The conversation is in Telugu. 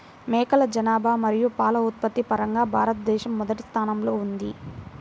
మేకల జనాభా మరియు పాల ఉత్పత్తి పరంగా భారతదేశం మొదటి స్థానంలో ఉంది